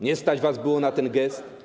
Nie stać was było na ten gest?